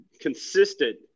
consistent –